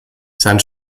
sein